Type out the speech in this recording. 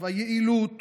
היעילות